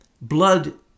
Blood